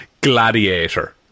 Gladiator